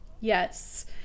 Yes